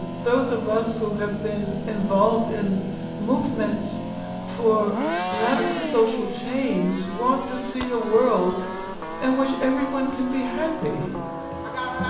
and those of us who have been involved in movements for radical social change want to see a world in which everyone can be happy and